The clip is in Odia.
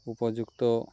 ଉପଯୁକ୍ତ